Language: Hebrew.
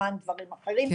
לא למען דברים אחרים,